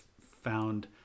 found